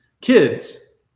kids